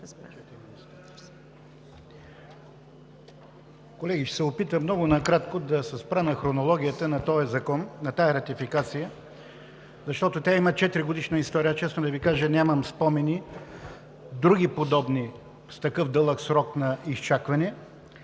Колеги, ще се опитам много накратко да се спра на хронологията на този закон, на тази ратификация, защото тя има 4-годишна история. Честно да Ви кажа, нямам спомени други подобни с такъв дълъг срок на изчакване,